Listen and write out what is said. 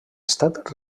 estat